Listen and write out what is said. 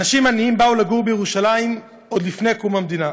אנשים עניים באו לגור בירושלים עוד לפני קום המדינה.